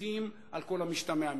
פליטים על כל המשתמע מכך.